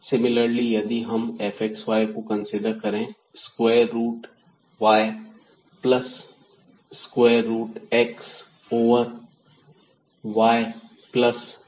similarly यदि हम fxy को कंसीडर करें square root y plus square root x over y plus x